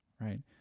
right